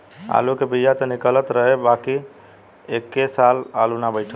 आलू के बिया त निकलल रहे बाकिर ए साल आलू ना बइठल